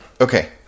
okay